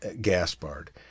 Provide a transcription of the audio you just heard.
Gaspard